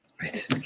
Right